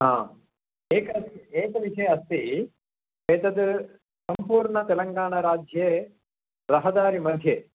हा एकवि एकविषयः अस्ति एतद् सम्पूर्णतेलङ्गाना राज्ये रहदारिमध्ये